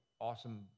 awesome